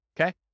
Okay